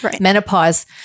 Menopause